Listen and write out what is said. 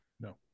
No